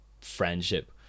friendship